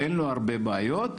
שלום לכולם.